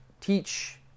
teach